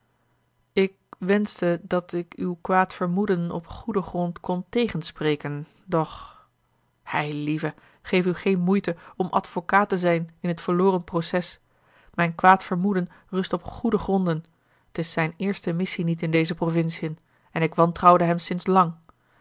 ik wenschte dat ik uw kwaad vermoeden op goeden grond kon tegenspreken doch eilieve geef u geene moeite om advocaat te zijn in t verloren proces mijn kwaad vermoeden rust op goede gronden t is zijne eerste missie niet in deze provinciën en ik wantrouwde hem sinds lang